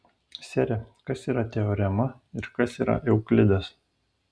sere kas yra teorema ir kas yra euklidas